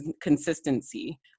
consistency